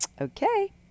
Okay